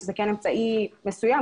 שכן זה אמצעי מסוים,